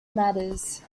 matters